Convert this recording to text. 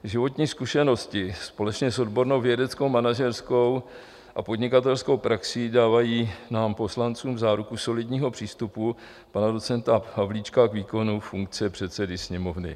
Životní zkušenosti společně s odbornou vědeckomanažerskou a podnikatelskou praxí dávají nám poslancům záruku solidního přístupu pana docenta Havlíčka k výkonu funkce předsedy Sněmovny.